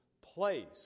place